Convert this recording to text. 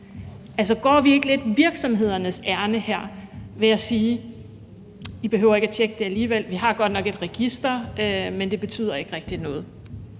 Altså, går vi ikke lidt virksomhedernes ærinde her, vil jeg sige: Vi behøver ikke at tjekke det alligevel, vi har godt nok et register, men det betyder ikke rigtig noget?